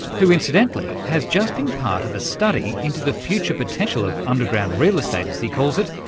who incidentally has just been part of a study into the future potential of underground real estate, as he calls it,